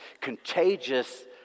contagious